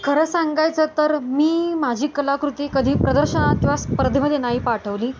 खरं सांगायचं तर मी माझी कलाकृती कधी प्रदर्शनात किंवा स्पर्धेमध्ये नाही पाठवली